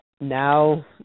now